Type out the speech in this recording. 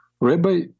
Rabbi